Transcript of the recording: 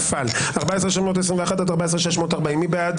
14,621 עד 14,640, מי בעד?